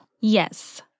Yes